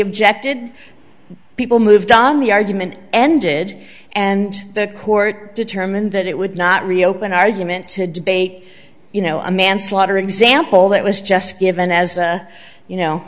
objected people moved on the argument ended and the court determined that it would not reopen argument to debate you know a manslaughter example that was just given as you know